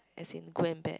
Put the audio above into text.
as in good and bad